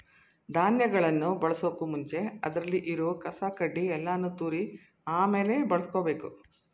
ಧಾನ್ಯಗಳನ್ ಬಳಸೋಕು ಮುಂಚೆ ಅದ್ರಲ್ಲಿ ಇರೋ ಕಸ ಕಡ್ಡಿ ಯಲ್ಲಾನು ತೂರಿ ಆಮೇಲೆ ಬಳುಸ್ಕೊಬೇಕು